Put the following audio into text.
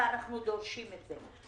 ואנחנו דורשים את זה.